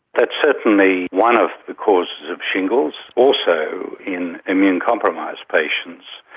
that's certainly one of the causes of shingles. also in immunocompromised patients,